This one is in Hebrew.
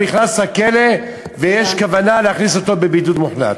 נכנס לכלא ויש כוונה להכניס אותו לבידוד מוחלט.